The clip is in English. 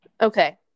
Okay